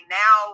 now